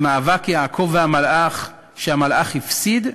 במאבק יעקב והמלאך, שהמלאך הפסיד?